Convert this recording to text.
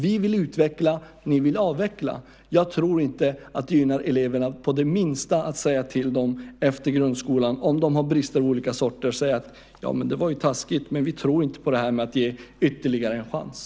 Vi vill utveckla, ni vill avveckla. Jag tror inte att det gynnar eleverna på det minsta vis att säga till dem efter grundskolan om de har brister av olika slag: Det var ju taskigt, men vi tror inte på att ge ytterligare en chans.